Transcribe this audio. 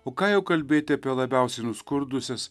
o ką jau kalbėti apie labiausiai nuskurdusias